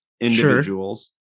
Individuals